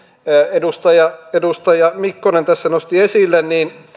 edustaja edustaja mikkonen tässä nosti esille niin